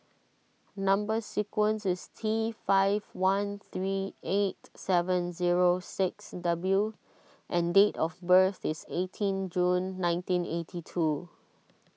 Number Sequence is T five one three eight seven zero six W and date of birth is eighteen June nineteen eighty two